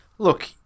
Look